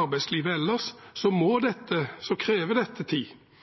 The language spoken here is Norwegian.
arbeidslivet ellers, krever det tid. Som sagt har Kristelig Folkeparti vært med i halvannen måned, og vi vil følge dette